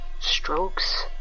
strokes